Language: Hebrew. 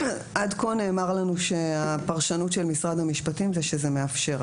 עד כה נאמר לנו שהפרשנות של משרד המשפטים זה שזה מאפשר,